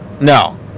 no